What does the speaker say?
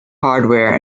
hardware